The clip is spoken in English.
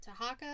Tahaka